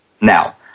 Now